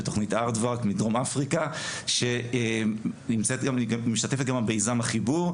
בתוכנית הרווארד מדרום אפריקה שמשתתפת גם במיזם החיבור,